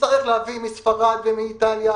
נצטרך להביא מספרד ומאיטליה